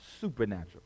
supernatural